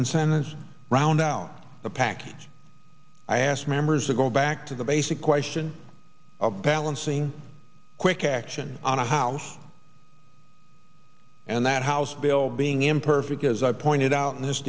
incentives round out the pack i asked members of go back to the basic question of balancing quick action on a house and that house bill being imperfect as i pointed out in this